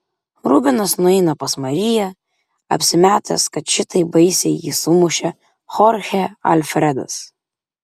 rubenas nueina pas mariją apsimetęs kad šitaip baisiai jį sumušė chorchė alfredas